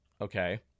Okay